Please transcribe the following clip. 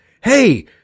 hey